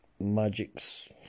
magic's